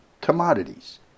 commodities